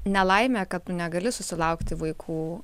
nelaimė kad tu negali susilaukti vaikų